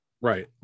Right